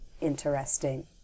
interesting